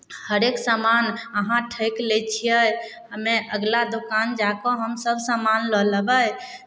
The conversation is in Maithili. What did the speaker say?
हरेक सामान अहाँ ठकि लै छियै हमे अगिला दोकान जा कऽ हमसभ सामान लऽ लेबै